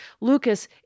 Lucas